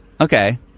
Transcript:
Okay